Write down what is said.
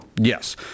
Yes